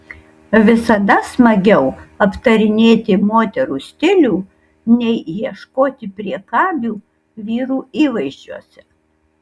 visada smagiau aptarinėti moterų stilių nei ieškoti priekabių vyrų įvaizdžiuose